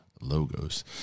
logos